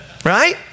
right